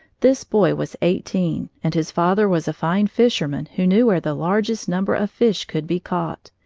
this boy was eighteen, and his father was a fine fisherman who knew where the largest number of fish could be caught,